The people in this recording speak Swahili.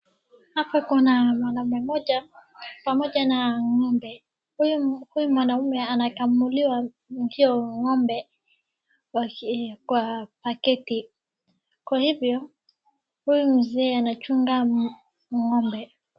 Hapa kuna mwanaume mmoja pamoja na ng'ombe. Huyu mwanaume anakamuliwa maziwa wa ng'ombe kwa baketi. Kwa hivyo huyu mzee anachunga ng'ombe.